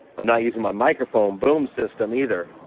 i'm not using my microphone boom system, either.